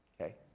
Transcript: okay